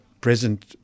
present